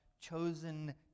chosen